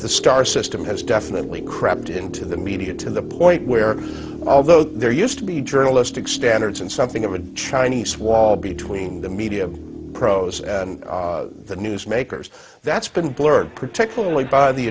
the star system has definitely crept into the media to the point where although there used to be journalistic standards and something of a chinese wall between the media pros and the news makers that's been blurred particularly